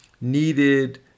needed